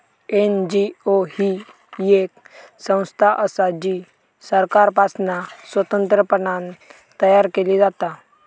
NGO ही येक संस्था असा जी सरकारपासना स्वतंत्रपणान तयार केली जाता